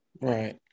Right